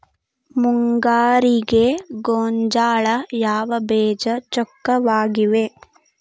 ಮುಂಗಾರಿಗೆ ಗೋಂಜಾಳ ಯಾವ ಬೇಜ ಚೊಕ್ಕವಾಗಿವೆ?